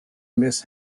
miss